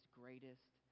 greatest